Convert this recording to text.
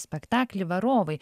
spektaklį varovai